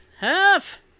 Half